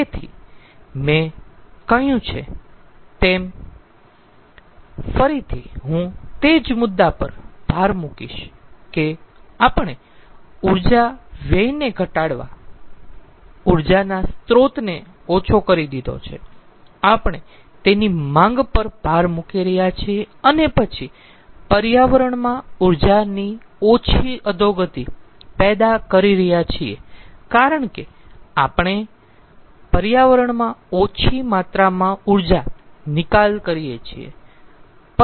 તેથી મેં કહ્યું છે તેમ ફરીથી હું તે જ મુદ્દા પર ભાર મૂકીશ કે આપણે ઊર્જા વ્યયને ઘટાડતા ઊર્જાના સ્ત્રોતને ઓછો કરી દીધો છે આપણે તેની ઓછી માંગ પર ભાર મૂકી રહ્યા છીએ અને પછી પર્યાવરણમાં ઊર્જાની ઓછી અધોગતિ પેદા કરી રહ્યા છીએ કારણ કે આપણે પર્યાવરણમાં ઓછી માત્રામાં ઊર્જા નિકાલ કરીયે છીએ